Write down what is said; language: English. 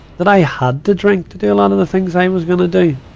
that i had to drink to do a lot of the things i was gonna do.